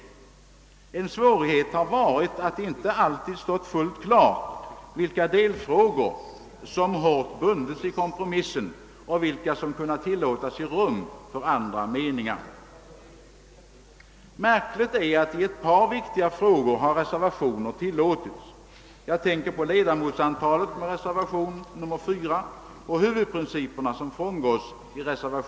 En svårighet har varit att det inte fullt klarlagts vilka delfrågor som hårt bundits i kompromissen och vilka som kunde tillåtas ge rum för andra meningar. Märkligt är att reservationer tillåtits i ett par viktiga frågor. Jag tänker på reservationen 4 beträffande ledamotsantalet och på reservationen 1, där huvudprinciperna frångås.